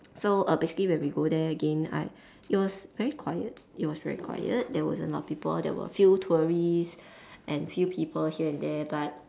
so err basically when we go there again I it was very quiet it was very quiet there wasn't a lot of people there were a few tourists and a few people here and there but